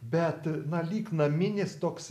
bet na lyg naminis toks